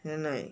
then like